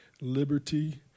liberty